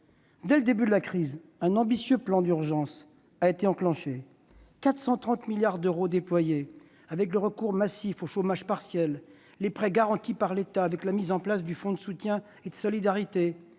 Dès le début de la crise, un ambitieux plan d'urgence a été enclenché. Ainsi, 430 milliards d'euros ont été déployés, avec le recours massif au chômage partiel, les prêts garantis par l'État, la mise en place du fonds de soutien et de solidarité